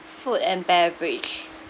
food and beverage